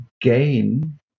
gain